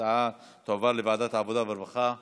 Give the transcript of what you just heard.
ההצעה תועבר לוועדת העבודה, הרווחה והבריאות.